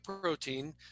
protein